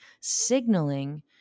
signaling